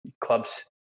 clubs